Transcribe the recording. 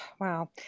wow